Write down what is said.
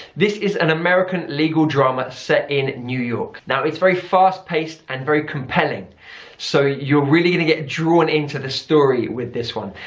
this is an american legal drama set in new york. now it's very fast-paced and very compelling so you are really going to get drawn into the story with this one.